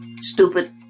stupid